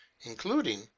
including